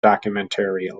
documentary